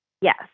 Yes